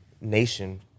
nation